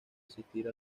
asistir